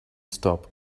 stop